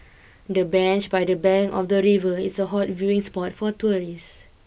the bench by the bank of the river is a hot viewing spot for tourists